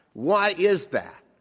why is that?